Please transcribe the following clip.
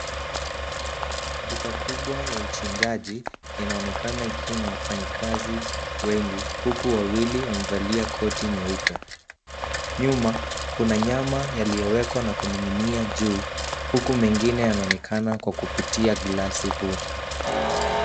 Duka kubwa ya uchinjaji inaonekana ikiwa na wafanyikazi wengi huku wawili wamevalia koti nyeupe. Nyuma kuna nyama yaliyowekwa na kuning'inia juu ,huku mengine yanaonekana kwa kupitia glasi huu.